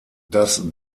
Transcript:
das